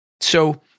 So-